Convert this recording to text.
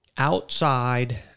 Outside